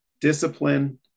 discipline